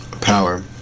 power